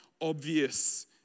obvious